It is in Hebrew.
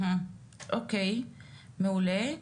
מעולה.